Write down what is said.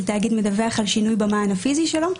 תאגיד מדווח על שיוני במען הפיזי שלו.